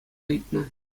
ыйтнӑ